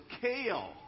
kale